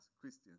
Christians